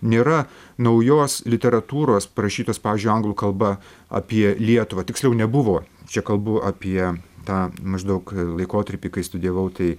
nėra naujos literatūros parašytos pavyzdžiui anglų kalba apie lietuvą tiksliau nebuvo čia kalbu apie tą maždaug laikotarpį kai studijavau tai